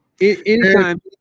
Anytime